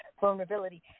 vulnerability